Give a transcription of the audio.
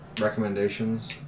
recommendations